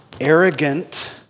arrogant